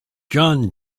john